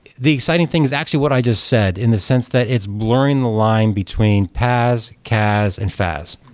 the exciting thing is actually what i just said, in the sense that it's blurring the line between paas, caas and faas.